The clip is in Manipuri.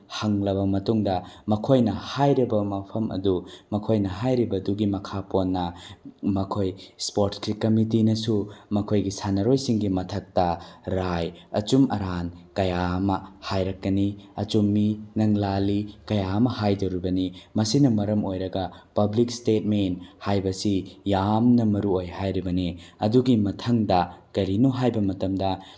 ꯍꯪꯂꯕ ꯃꯇꯨꯡꯗ ꯃꯈꯣꯏꯅ ꯍꯥꯏꯔꯤꯕ ꯃꯐꯝ ꯑꯗꯨ ꯃꯈꯣꯏꯅ ꯍꯥꯏꯔꯤꯕꯗꯨꯒꯤ ꯃꯈꯥ ꯄꯣꯟꯅ ꯃꯈꯣꯏ ꯏꯁꯄꯣꯔꯠꯁꯀꯤ ꯀꯃꯤꯇꯤꯅꯁꯨ ꯃꯈꯣꯏꯒꯤ ꯁꯥꯟꯅꯔꯣꯏꯁꯤꯡꯒꯤ ꯃꯊꯛꯇ ꯔꯥꯏ ꯑꯆꯨꯝ ꯑꯔꯥꯟ ꯀꯌꯥ ꯑꯃ ꯍꯥꯏꯔꯛꯀꯅꯤ ꯆꯨꯝꯃꯤ ꯅꯪ ꯂꯥꯜꯂꯤ ꯀꯌꯥ ꯑꯃ ꯍꯥꯏꯗꯣꯔꯛꯀꯅꯤ ꯃꯁꯤꯅ ꯃꯔꯝ ꯑꯣꯏꯔꯒ ꯄꯕ꯭ꯂꯤꯛ ꯏꯁꯇꯦꯠꯃꯦꯟ ꯍꯥꯏꯕꯁꯤ ꯌꯥꯝꯅ ꯃꯔꯨꯑꯣꯏ ꯍꯥꯏꯔꯤꯕꯅꯤ ꯑꯗꯨꯒꯤ ꯃꯊꯪꯗ ꯀꯔꯤꯅꯣ ꯍꯥꯏꯕ ꯃꯇꯝꯗ